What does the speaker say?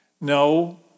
No